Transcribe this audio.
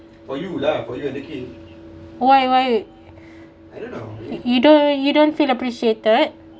why why you don't you don't feel appreciated